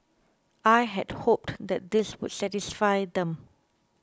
I had hoped that this would satisfy them